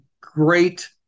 great